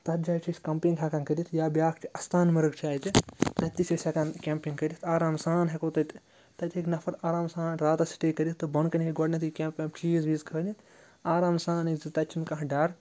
تَتھ جایہِ چھِ أسۍ کَمپِنٛگ ہٮ۪کان کٔرِتھ یا بیٛاکھ چھِ اَستانمَرٕگ چھِ اَتہِ تَتہِ تہِ چھِ أسۍ ہٮ۪کان کیمپِنٛگ کٔرِتھ آرام سان ہٮ۪کو تَتہِ تَتہِ ہیٚکہِ نَفَر آرام سان راتَس سِٹے کٔرِتھ تہٕ بۄن کَنہِ ہیٚکہِ گۄڈٕنیتھٕے کیٚمپ ویمپ چیٖز ویٖز کھٲلِتھ آرام سان یہِ زِ تَتہِ چھُنہٕ کانٛہہ ڈَر